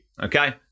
okay